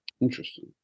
Interesting